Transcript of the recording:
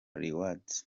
rewards